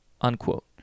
unquote